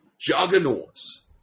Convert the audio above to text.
juggernauts